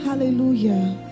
Hallelujah